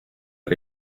que